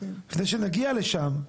לפני שנגיע לשם,